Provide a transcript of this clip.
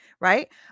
Right